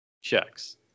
checks